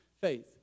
faith